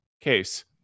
case